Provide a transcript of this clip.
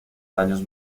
daños